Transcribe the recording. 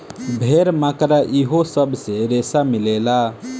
भेड़, मकड़ा इहो सब से रेसा मिलेला